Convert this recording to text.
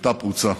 הייתה פרוצה.